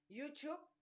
YouTube